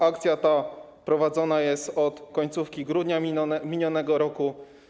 Akcja ta prowadzona jest od końcówki grudnia minionego roku.